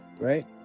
Right